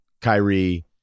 Kyrie